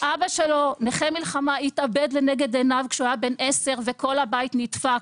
אבא שלו נכה מלחמה התאבד לנגד עיניו כשהוא היה בן עשר וכל הבית נדפק,